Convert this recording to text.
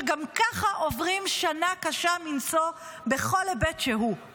שגם ככה עוברים שנה קשה מנשוא בכל היבט שהוא.